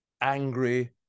angry